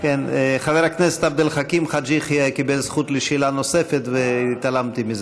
חבר הכנסת עבד אל חכים חאג' יחיא קיבל זכות לשאלה נוספת והתעלמתי מזה.